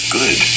good